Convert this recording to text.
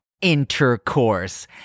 intercourse